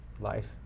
Life